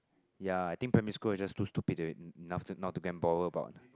yea I think primary school is just too stupid they not to gain power about